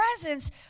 presence